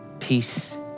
peace